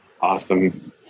Awesome